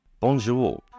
Bonjour